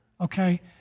Okay